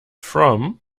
from